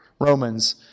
Romans